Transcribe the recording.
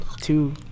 two